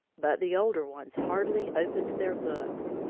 but the older ones hardly opened their books.